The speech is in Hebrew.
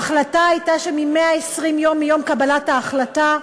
ההחלטה הייתה ש-120 יום מיום קבלת ההחלטה,